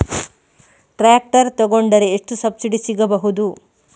Tractor ತೊಕೊಂಡರೆ ಎಷ್ಟು subsidy ಸಿಗಬಹುದು?